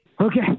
Okay